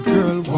Girl